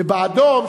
ובאדום,